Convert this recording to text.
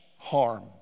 Harm